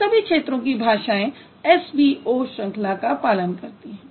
इन सभी क्षेत्रों की भाषाएँ SVO श्रंखला का पालन करतीं हैं